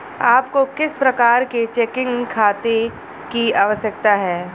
आपको किस प्रकार के चेकिंग खाते की आवश्यकता है?